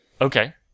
Okay